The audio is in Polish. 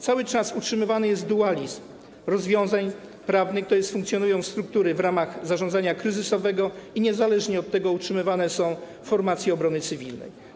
Cały czas utrzymywany jest dualizm rozwiązań prawnych, tj. funkcjonują struktury w ramach zarządzania kryzysowego i niezależnie od tego utrzymywane są formacje obrony cywilnej.